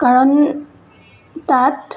কাৰণ তাত